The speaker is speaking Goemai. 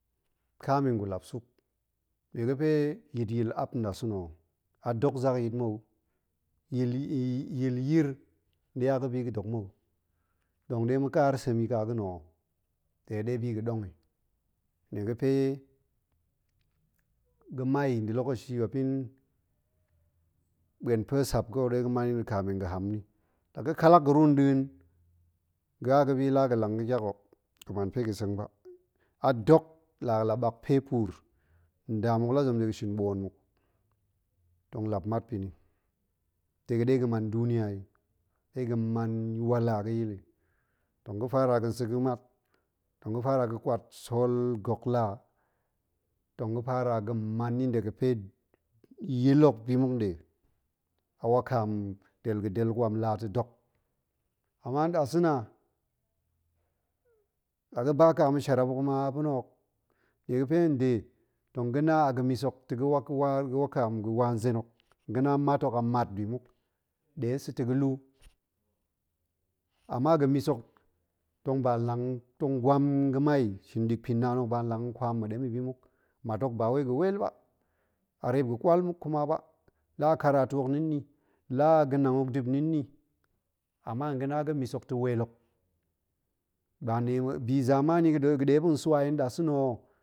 Kamin gulap suk, nnie ga̱pe yit yil ap nɗasa̱na̱ ho, a dok zakyit mou, yil yir nɗe a ga̱bi ga̱dok mou, ɗong ɗe ma̱kaar sem yi ka ga̱na̱ ho, de ɗe bi ga̱ɗong yi, ga̱pe ga̱ma, nda̱ lokaci muop yin ɓuen pue sap ga̱ ɗe ga̱man yi kamin ga̱hamni, la ga kallak ga̱ru nɗa̱a̱n ga̱ a ga̱bi laa ga̱ lang ga̱tyak ho, ga̱man pe ga̱seng ba, dok laa la bakpe puur, nda muk la zem dega̱ shin boon muk, tong lap mat pa̱ni, dega̱ ɗe ni ga̱man duniya, ɗega̱ man wala ga̱yil yi, tong ga̱ fara ga̱sa̱ ga̱mat, tong ga̱ fara ga̱kwat sool gok laa, tong ga fara ga̱n man yinda ga̱pe yil hok bi muk ɗe, a wakaam del gadel kwam laa ta̱ dok gma nɗasa̱na̱ ho, la ga̱ba nka ma̱sharap hok ma a pa̱na̱ hok nnie ga̱pe nde tong ga̱na a ga̱mis hok ta̱ ga̱wakaam ga̱wa nzen hok, ga̱na mat hok a mat bi muk nɗe tong sa̱ta̱ ga̱, ama ga̱mis hok tong ba lang tong gwam a ga̱mai shin ɗik mpinnaan hok, ba nlang tong kwam ma̱ɓem yi bi muk, mat hok ba wei ga̱ weel ba, a reep ga̱kwal muk ku ma ba, la a karatu hok ni nni la a ga̱nang hok dip ni nni, ama nga̱na ga̱mis hok ta̱ weel hok la bi zamani ga̱ɗe muop tong swa yi nɗasa̱na̱ ho.